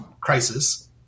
crisis